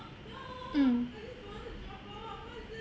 mm